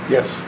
Yes